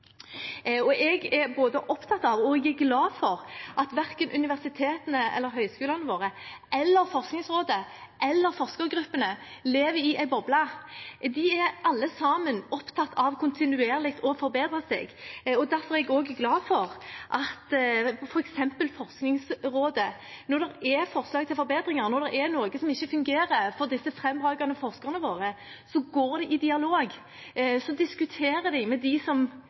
og jeg er både opptatt av og glad for at verken universitetene eller høyskolene våre, Forskningsrådet eller forskergruppene lever i en boble. Det er alle sammen opptatt av kontinuerlig å forbedre seg, og derfor er jeg også glad for at når det er forslag til forbedringer, når det er noe som ikke fungerer for disse fremragende forskerne våre, så går Forskningsrådet i dialog med og diskuterer med dem som